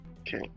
Okay